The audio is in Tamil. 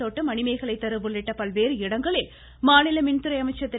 தோட்டம் மணிமேகலை தெரு உள்ளிட்ட பல்வேறு இடங்களில் மாநில மின்துறை அமைச்சர் திரு